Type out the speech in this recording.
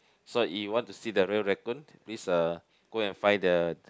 so if you want to see the real raccoon please uh go and find the